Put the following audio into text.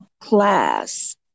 class